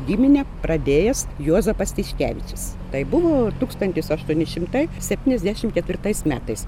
giminę pradėjęs juozapas tiškevičius tai buvo tūkstantis aštuoni šimtai septyniasdešim ketvirtais metais